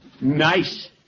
nice